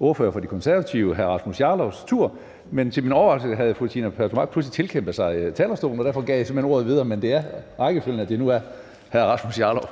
ordføreren for De Konservative, hr. Rasmus Jarlovs, tur, men til min overraskelse havde fru Trine Pertou Mach pludselig tilkæmpet sig talerstolen, og derfor gav jeg simpelt hen ordet videre, men det er rækkefølgen, at det nu er hr. Rasmus Jarlov.